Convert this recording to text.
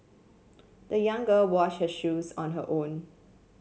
the young girl wash her shoes on her own